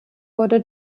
wurde